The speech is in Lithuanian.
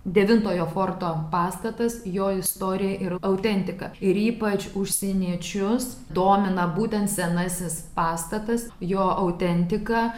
devintojo forto pastatas jo istorija ir autentikair ypač užsieniečius domina būtent senasis pastatas jo autentika